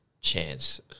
chance